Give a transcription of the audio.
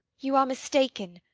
you are mistaken.